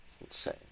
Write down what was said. insane